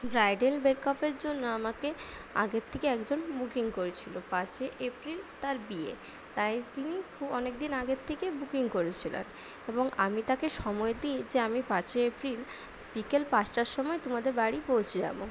bridal make আপের জন্য আমাকে আগের থেকে একজন বুকিং করেছিলো পাঁচই এপ্রিল তার বিয়ে তাই তিনি অনেকদিন আগের থেকে বুকিং করেছিলেন এবং আমি তাকে সময় দিই যে আমি পাঁচই এপ্রিল বিকেল পাঁচটার সময় তোমাদের বাড়ি পৌঁছে যাব